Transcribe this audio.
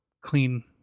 clean